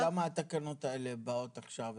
למה התקנות האלה באות עכשיו?